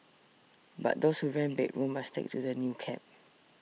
but those who rent bedrooms must stick to the new cap